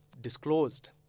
disclosed